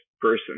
person